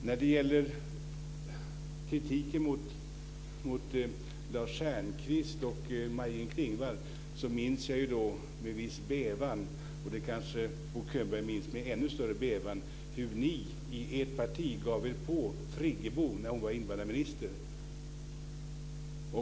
När det gäller kritiken mot Lars Stjernkvist och Maj-Inger Klingvall minns jag med viss bävan - och det kanske Bo Könberg minns med ännu större bävan - hur ni i ert parti gav er på Friggebo när hon var invandrarminister.